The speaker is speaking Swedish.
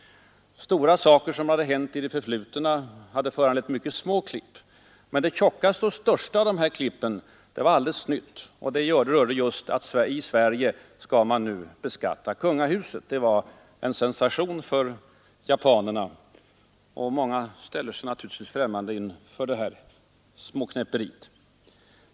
”Stora saker” i det förflutna hade föranlett ”mycket små” klipp. Det mest omfattande klippet var alldeles nytt och gällde just det förhållandet att man i Sverige nu skall beskatta kungahuset. Det var en sensation för japanerna. Och det är naturligtvis många andra som ställer sig främmande till detta ”småknäpperi”.